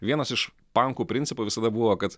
vienas iš pankų principų visada buvo kad